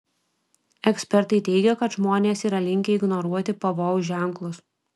ekspertai teigia kad žmonės yra linkę ignoruoti pavojaus ženklus